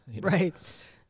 right